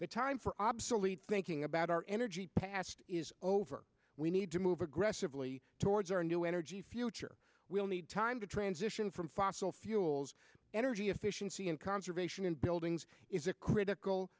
the time for obsolete thinking about our energy past is over we need to move aggressively towards our new energy future we'll need time to transition from fossil fuels energy efficiency and conservation in buildings is a critical